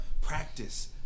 Practice